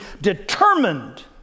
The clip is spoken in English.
determined